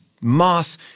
Moss